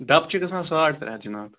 ڈَبہٕ چھِ گژھان ساڑ ترٛےٚ ہَتھ جِناب